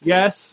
Yes